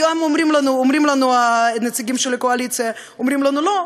היום אומרים לנו הנציגים של הקואליציה: לא,